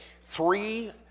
three